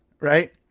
right